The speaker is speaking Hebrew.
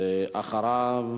ואחריו,